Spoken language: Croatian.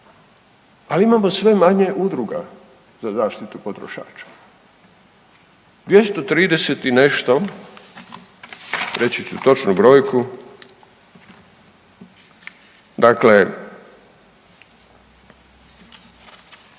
ali imamo sve manje udruga za zaštitu potrošača. 230 i nešto, reći ću točnu brojku, dakle,